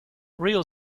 real